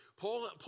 Paul